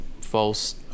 false